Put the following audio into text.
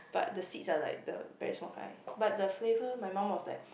but the seeds are like the very small kind but the flavour my mum was like